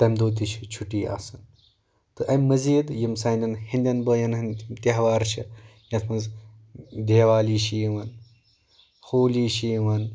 تَمِہ دۄہ تِہ چِھ چھُٹی آسان تہٕ اَمِہ مٔزیٖد یِم سانٮ۪ن ہِنٛدٮ۪ن بایَن ہِنٛدۍ تہوار چھِ یَتھ منٛز دیوالی چھِ یِوان ہولی چھِ یِوان